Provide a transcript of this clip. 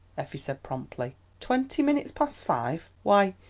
effie said promptly. twenty minutes past five! why,